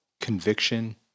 conviction